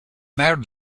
mers